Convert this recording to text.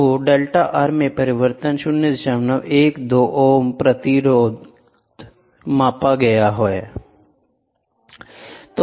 तो delta R में परिवर्तन 012 ओम प्रतिरोध माप होगा